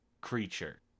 creature